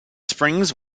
springs